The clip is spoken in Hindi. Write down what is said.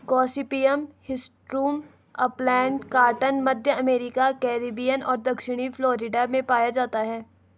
गॉसिपियम हिर्सुटम अपलैंड कॉटन, मध्य अमेरिका, कैरिबियन और दक्षिणी फ्लोरिडा में पाया जाता है